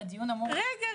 רגע,